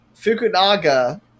Fukunaga